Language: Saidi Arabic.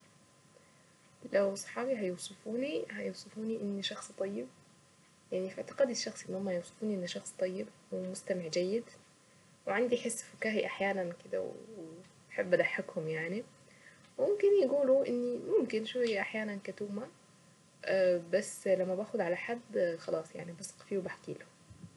لو صحابي هيوصفوني هيوصفوني اني شخص طيب يعني في اعتقادي الشخص ان هم يوصفوني ان شخص طيب ومستمع جيد وعندي حس فكاهي احيانا وكده احب اضحكهم يعني وممكن يقولوا اني ممكن شوية احيانا كتومة بس لما باخد على حد خلاص يعني بثق فيه وبحكي له.